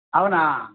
అవునా